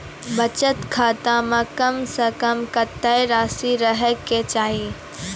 बचत खाता म कम से कम कत्तेक रासि रहे के चाहि?